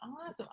Awesome